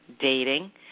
dating